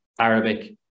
Arabic